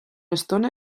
estona